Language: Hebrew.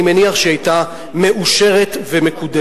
אני מניח שהיא היתה מאושרת ומקודמת.